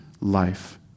life